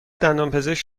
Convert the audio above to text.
دندانپزشک